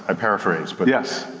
i paraphrased. but yes.